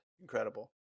incredible